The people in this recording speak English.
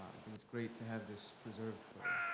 i think it's great to have this preserved for